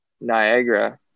Niagara